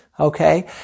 Okay